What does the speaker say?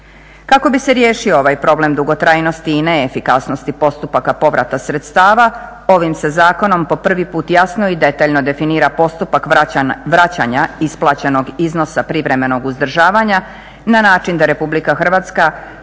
Kako bi se riješio ovaj problem dugotrajnosti i neefikasnosti postupaka povrata sredstava ovim se zakonom po prvi put jasno i detaljno definira postupak vraćanja isplaćenog iznosa privremenog uzdržavanja na način da Republika Hrvatska